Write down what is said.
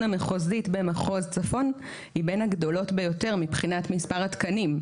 המחוזית במחוז צפון היא בין הגדולות ביותר מבחינת מספר התקנים.